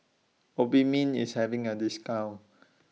Obimin IS having A discount